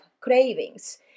cravings